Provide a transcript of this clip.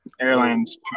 airlines